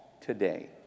today